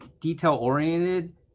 detail-oriented